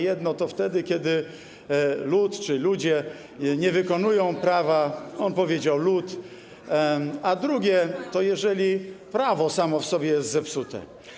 Jedno wtedy, kiedy lud czy ludzie nie wykonują prawa - on powiedział ˝lud˝ - a drugie, jeżeli prawo samo w sobie jest zepsute.